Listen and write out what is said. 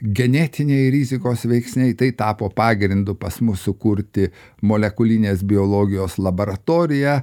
genetiniai rizikos veiksniai tai tapo pagrindu pas mus sukurti molekulinės biologijos laboratoriją